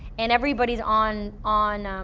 and everybody's on, on,